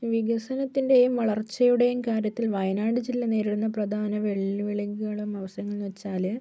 വികസനത്തിൻ്റെയും വളർച്ചയുടെയും കാര്യത്തിൽ വയനാട് ജില്ല നേരിടുന്ന പ്രധാന വെല്ലുവിളികളും അവസരങ്ങളും എന്ന് വെച്ചാൽ